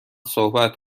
صحبت